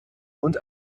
und